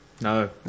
no